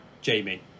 Jamie